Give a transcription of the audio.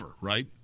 right